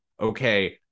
okay